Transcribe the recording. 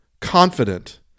confident